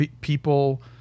People